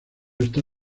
está